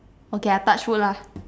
okay I touch wood lah